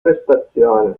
prestazione